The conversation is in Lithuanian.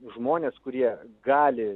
žmonės kurie gali